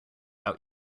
out